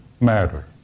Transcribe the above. matter